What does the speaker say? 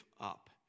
up